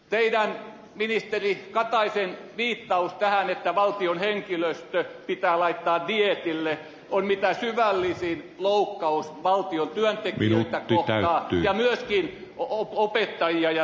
teidän ministeri katainen viittauksenne tähän että valtion henkilöstö pitää laittaa dieetille on mitä syvällisin loukkaus valtion työntekijöitä kohtaan ja myöskin opettajia ja sairaanhoitajia kohtaan